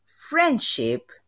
friendship